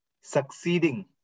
Succeeding